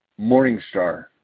Morningstar